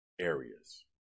areas